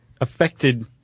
affected